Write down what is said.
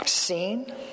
seen